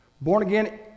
born-again